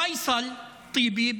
פייסל טיבי,